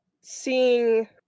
seeing